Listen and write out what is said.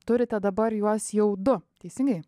turite dabar juos jau du teisingai